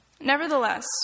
Nevertheless